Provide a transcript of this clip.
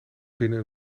binnen